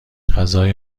غذای